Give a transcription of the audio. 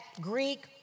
Greek